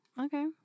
okay